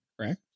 correct